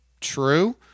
true